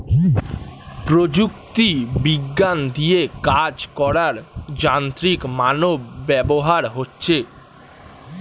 প্রযুক্তি বিজ্ঞান দিয়ে কাজ করার যান্ত্রিক মানব ব্যবহার হচ্ছে